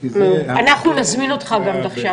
לשיתוף פעולה אזורי עיסאווי פריג': ואני מתכוון לקחת חלק בדיונים,